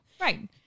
right